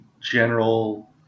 general